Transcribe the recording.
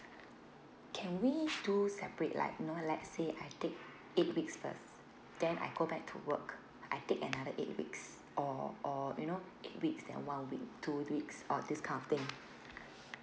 can we do separate like you know let's say I take eight weeks first then I go back to work I take another eight weeks or or you know eight weeks then one week two weeks or this kind of thing